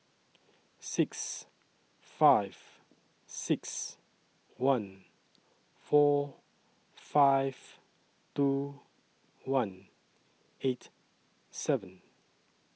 six five six one four five two one eight seven